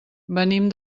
venim